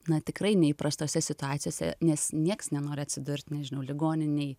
na tikrai neįprastose situacijose nes nieks nenori atsidurti nežinau ligoninėj